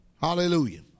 Hallelujah